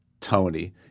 Tony